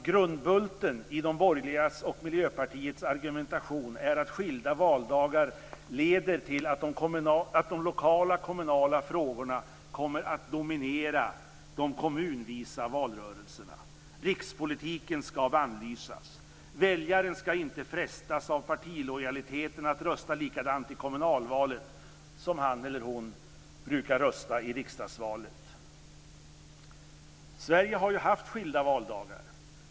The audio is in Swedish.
Grundbulten i de borgerligas och Miljöpartiets argumentation är att skilda valdagar leder till att de lokala kommunala frågorna kommer att dominera de kommunvisa valrörelserna. Rikspolitiken ska bannlysas. Väljaren ska inte frestas av partilojaliteten att rösta likadant i kommunalvalet som han eller hon brukar rösta i riksdagsvalet. Sverige har ju haft skilda valdagar.